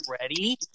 ready